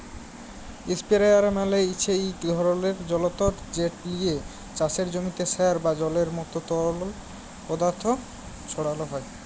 ইসপেরেয়ার মালে হছে ইক ধরলের জলতর্ যেট লিয়ে চাষের জমিতে সার বা জলের মতো তরল পদাথথ ছড়ালো হয়